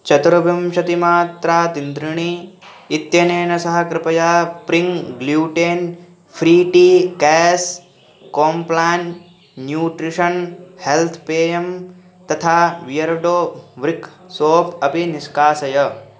चतुर्विंशतिमात्रा तिन्त्रिणी इत्यनेन सह कृपया प्रिङ्ग् gluten free tea cakes Complan nutrition health पेयं तथा वियर्डो व्रिक् सोप् अपि निष्कासय